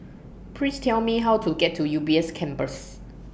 Please Tell Me How to get to U B S Campus